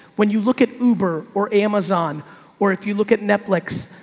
when you look at uber or amazon or if you look at netflix,